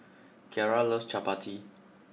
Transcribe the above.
Kiarra loves Chapati